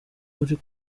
uri